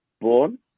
born